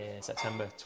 September